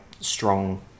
strong